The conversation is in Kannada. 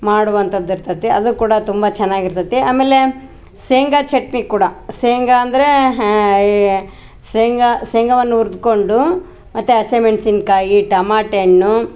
ಮಾಡುವಂಥದ್ದು ಇರ್ತತಿ ಅದು ಕೂಡ ತುಂಬಾ ಚೆನ್ನಾಗಿ ಇರ್ತತಿ ಅಮೇಲೆ ಶೇಂಗ ಚಟ್ನಿ ಕೂಡ ಶೇಂಗ ಅಂದರೆ ಈ ಶೇಂಗ ಶೇಂಗವನ್ನ ಹುರ್ದ್ಕೊಂಡು ಮತ್ತು ಹಸೆಮೆಣ್ಸಿನ ಕಾಯಿ ತಮಟೆ ಹಣ್ಣು